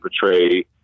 portray